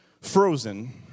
Frozen